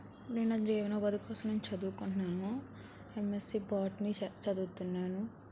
నేను జీవనోపాధి కోసం నేను చదువుకుంటున్నాను ఎంఎస్సి బాట్ని చదు చదువుతున్నాను